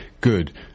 good